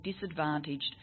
disadvantaged